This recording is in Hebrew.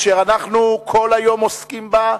אשר אנחנו כל היום עוסקים בה,